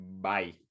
Bye